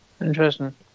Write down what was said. interesting